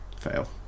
fail